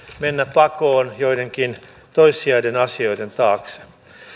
mennä pakoon joidenkin toissijaisten asioiden taakse